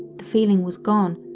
the feeling was gone,